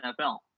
NFL